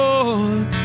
Lord